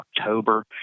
October